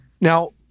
now